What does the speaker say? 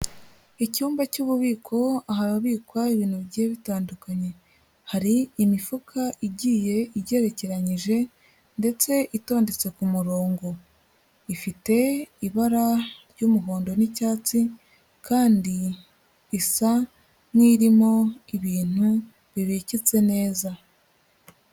Icyumba cy'ububiko, ahabikwa ibintu bigiye bitandukanye. Hari imifuka igiye igerekeranyije ndetse itondetse ku murongo. Ifite ibara ry'umuhondo n'icyatsi kandi isa n'irimo ibintu bibikitse neza.